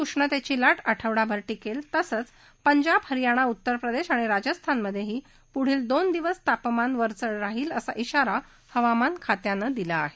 उष्णतेची लाट आठवडाभर टिकेल तसंच पंजाब हरयाणा उत्तर प्रदेश राजस्थानमध्ये पुढील दोन दिवस तापमान कायम राहील असा इशारा हवामान खात्यानं दिला आहे